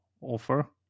offer